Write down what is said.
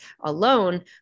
alone